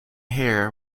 hare